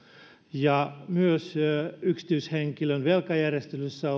myös jos yksityishenkilön velkajärjestelyssä